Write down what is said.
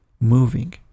moving